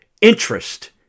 interest